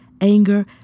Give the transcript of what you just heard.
anger